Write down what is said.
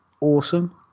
awesome